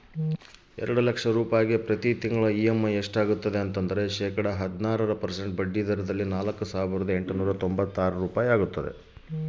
ಎರಡು ಲಕ್ಷ ರೂಪಾಯಿಗೆ ಪ್ರತಿ ತಿಂಗಳಿಗೆ ಇ.ಎಮ್.ಐ ಎಷ್ಟಾಗಬಹುದು?